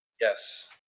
Yes